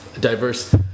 diverse